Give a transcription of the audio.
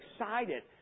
excited